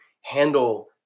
handle